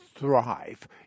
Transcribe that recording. thrive